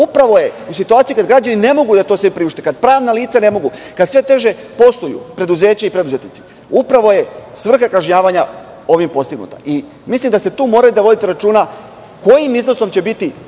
Upravo je u situaciji kada građani ne mogu to sve da priušte, kada pravna lica ne mogu, kad sve teže posluju preduzeća i preduzetnici, upravo je svrha kažnjavanja ovim postignuta. Mislim da ste tu morali da vodite računa kojim iznosom će biti